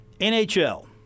NHL